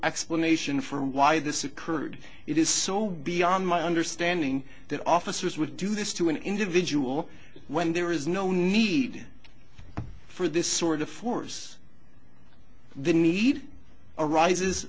explanation for why this occurred it is so beyond my understanding that officers would do this to an individual when there is no need for this sort of force the need arises